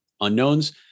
unknowns